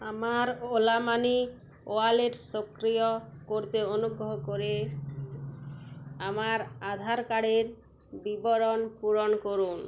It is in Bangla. আমার ওলা মানি ওয়ালেট সক্রিয় করতে অনুগ্রহ করে আমার আধার কার্ডের বিবরণ পূরণ করুন